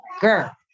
girl